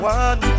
one